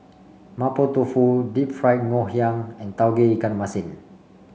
Mapo Tofu Deep Fried Ngoh Hiang and Tauge Ikan Masin